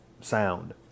sound